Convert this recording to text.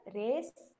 race